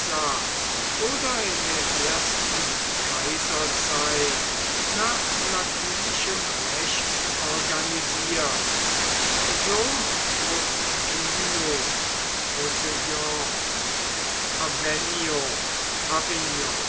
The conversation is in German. oder in der ersten kaiserzeit nach latinischem recht organisiert so